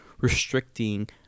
restricting